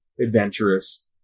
Adventurous